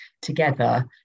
together